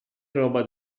roba